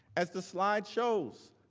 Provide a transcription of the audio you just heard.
at the slideshows,